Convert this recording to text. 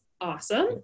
awesome